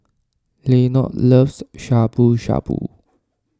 Lenord loves Shabu Shabu